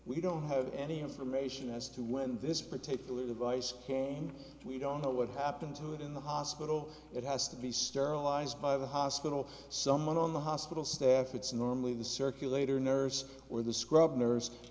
we don't have any information as to when this particular device came we don't know what happened to it in the hospital it has to be sterilized by the hospital someone on the hospital staff it's normally the circulator nurse or the scrub nurse